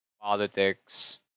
politics